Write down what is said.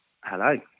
Hello